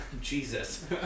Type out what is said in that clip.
jesus